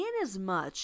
Inasmuch